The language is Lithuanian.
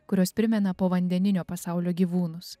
kurios primena povandeninio pasaulio gyvūnus